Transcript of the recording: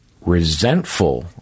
resentful